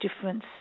difference